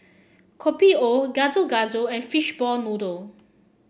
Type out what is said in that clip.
Kopi O Gado Gado and Fishball Noodle